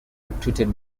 retreated